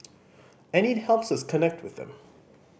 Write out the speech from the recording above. and it helps us connect with them